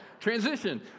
Transition